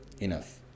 enough